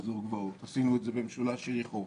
עשינו את זה במשולש יריחו,